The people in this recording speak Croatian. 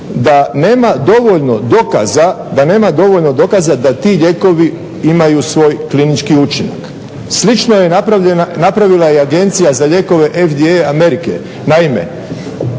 "da nema dovoljno dokaza da ti lijekovi imaju svoj klinički učinak". Slično je napravila i Agencija za lijekove FDA Amerike.